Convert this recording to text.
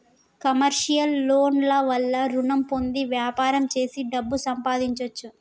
commercial loan ల వల్ల రుణం పొంది వ్యాపారం చేసి డబ్బు సంపాదించొచ్చు